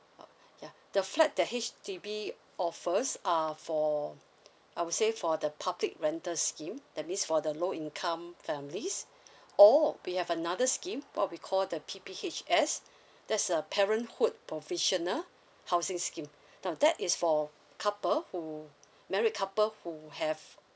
uh ya the flat that H_D_B offers are for I would say for the public rental scheme that means for the low income families or we have another scheme what we call the P P H S that's a parenthood provisional housing scheme now that is for couple who married couple who have